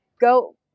go